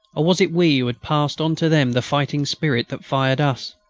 or was it we who had passed on to them the fighting spirit that fired us?